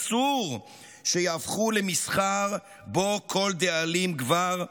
אסור שיהפכו למסחר שבו כל דאלים גבר,